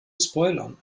spoilern